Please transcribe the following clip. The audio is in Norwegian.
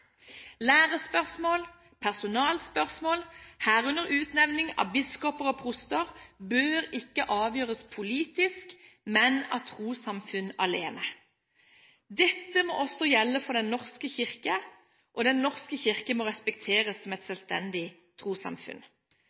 personalspørsmål – herunder utnevning av biskoper og proster – bør ikke avgjøres politisk, men av trossamfunn alene. Dette må også gjelde for Den norske kirke, og Den norske kirke må respekteres som et selvstendig trossamfunn.